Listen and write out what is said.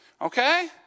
okay